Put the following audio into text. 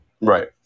Right